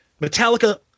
Metallica